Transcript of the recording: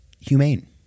humane